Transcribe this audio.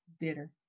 bitter